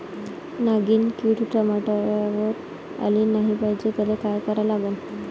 नागिन किड टमाट्यावर आली नाही पाहिजे त्याले काय करा लागन?